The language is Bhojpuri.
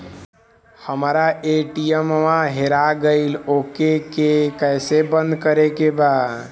हमरा ए.टी.एम वा हेरा गइल ओ के के कैसे बंद करे के बा?